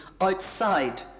outside